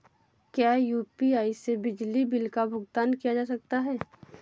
क्या यू.पी.आई से बिजली बिल का भुगतान किया जा सकता है?